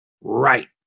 Right